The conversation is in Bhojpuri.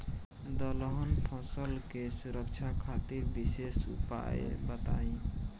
दलहन फसल के सुरक्षा खातिर विशेष उपाय बताई?